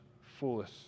foolish